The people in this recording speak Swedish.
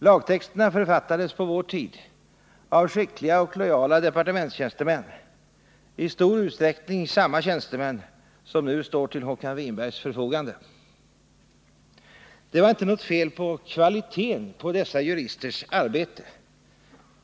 Lagtexterna författades på vår tid av skickiiga och lojala departementstjänstemän, i stor utsträckning samma tjänstemän som nu står till Håkan Winbergs förfogande. Det var inte något fel på kvaliteten på dessa juristers arbete.